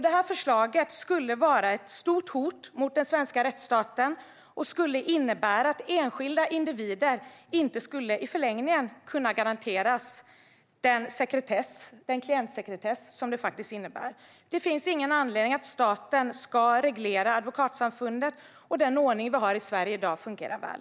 Detta förslag skulle vara ett stort hot mot den svenska rättsstaten och skulle innebära att enskilda individer i förlängningen inte skulle kunna garanteras den klientsekretess som det faktiskt innebär. Det finns ingen anledning att staten ska reglera Advokatsamfundet. Den ordning som vi har i Sverige i dag fungerar väl.